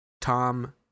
Tom